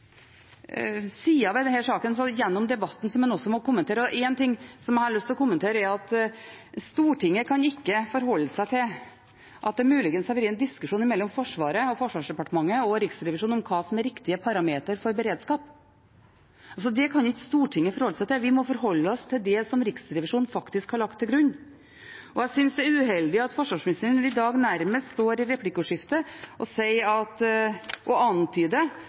sider ved denne saken gjennom debatten som en også må kommentere, og en ting jeg har lyst til å kommentere, er at Stortinget ikke kan forholde seg til at det muligens har vært en diskusjon mellom Forsvaret, Forsvarsdepartementet og Riksrevisjonen om hva som er riktige parametere for beredskap. Det kan ikke Stortinget forholde seg til. Vi må forholde oss til det som Riksrevisjonen faktisk har lagt til grunn. Jeg synes det er uheldig at forsvarsministeren i replikkordskiftet nærmest antyder at Riksrevisjonens måte å vurdere beredskap på ikke er god nok, eller ikke er dekkende nok. Det må i